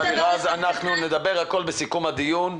נדבר על הכל בסיכום הדיון.